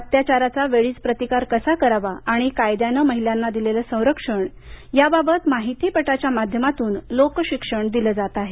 अत्याचाराचा वेळीच प्रतिकार कसा करावा आणि कायद्याने महिलांना दिलेले संरक्षण या बाबत माहितीपटाच्या माध्यमातून लोकशिक्षण दिले जात आहे